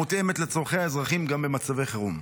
המותאמת לצורכי האזרחים גם במצבי חירום.